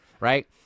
right